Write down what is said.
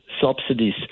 subsidies